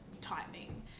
tightening